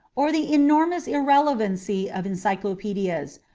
or the enormous irrelevancy of encyclopsedias,